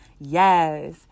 Yes